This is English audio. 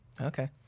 Okay